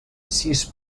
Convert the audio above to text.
sis